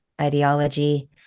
ideology